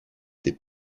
des